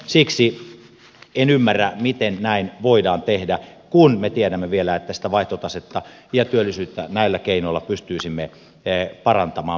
siksi en ymmärrä miten näin voidaan tehdä kun me tiedämme vielä että sitä vaihtotasetta ja työllisyyttä näillä keinoilla pystyisimme parantamaan merkittävällä tavalla